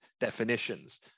definitions